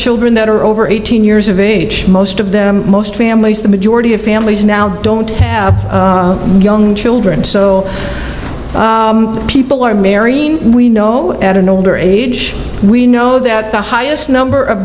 children that are over eighteen years of age most of them most families the majority of families now don't have young children so people are marrying we know at an older age we know that the highest number of